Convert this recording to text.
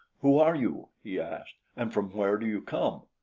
who are you, he asked, and from where do you come?